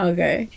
Okay